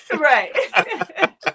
Right